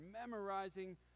memorizing